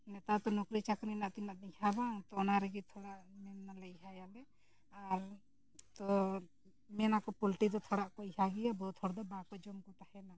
ᱱᱮᱛᱟᱨ ᱫᱚ ᱱᱚᱠᱨᱤ ᱪᱟᱠᱨᱤ ᱨᱮᱱᱟᱜ ᱛᱤᱱᱟᱹᱜ ᱵᱟᱝ ᱛᱚ ᱚᱱᱟ ᱨᱮᱜᱮ ᱛᱷᱚᱲᱟ ᱢᱮᱱ ᱫᱟᱞᱮ ᱟᱨ ᱛᱚ ᱢᱮᱱᱟᱠᱚ ᱯᱚᱞᱴᱨᱤ ᱫᱚ ᱛᱷᱚᱲᱟ ᱠᱚ ᱤᱭᱟᱹ ᱜᱮᱭᱟ ᱵᱚᱦᱩᱛ ᱦᱚᱲ ᱫᱚ ᱵᱟᱝ ᱠᱚ ᱡᱚᱢ ᱠᱚ ᱛᱟᱦᱮᱱᱟ